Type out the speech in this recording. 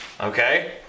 Okay